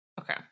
Okay